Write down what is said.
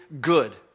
good